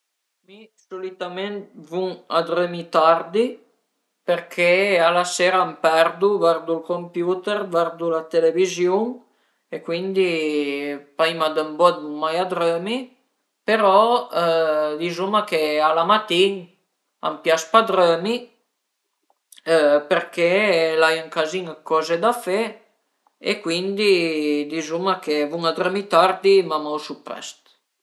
Mi solitament vun a drömi tardi perché a la sera m'perdu, vardu ël computer, vardu la televiziun e cuindi prima d'ën bot vun mai a drömi, però dizuma che a la matin a m'pias pa drömi perché l'ai ën cazin dë coze da fe e cuindi dizuma che vun a drömi tardi, ma m'ausu prest